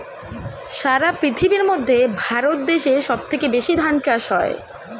সারা পৃথিবীর মধ্যে ভারত দেশে সব থেকে বেশি ধান চাষ হয়